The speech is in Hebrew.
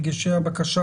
מגישי הבקשה,